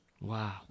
wow